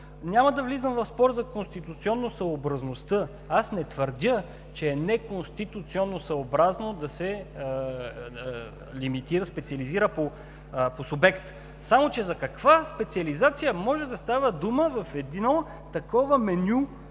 Няма да влизам в спор за конституционосъобразността. Аз не твърдя, че е неконституционосъобразно да се лимитира и специализира по субект, само че за каква специализация може да става дума в едно такова меню